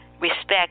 respect